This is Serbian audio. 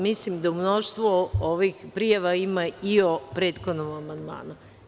Mislim da u mnoštvu ovih prijava ima i o prethodnom amandmanu.